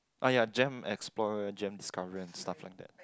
uh ya gem explorer gem discoverer and stuff like that